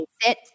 Sit